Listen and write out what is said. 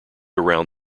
around